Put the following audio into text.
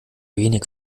wenig